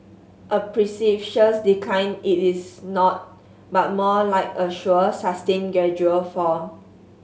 a precipitous decline it is not but more like a sure sustained gradual fall